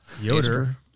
Yoder